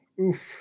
oof